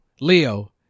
Leo